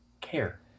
care